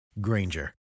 Granger